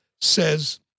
says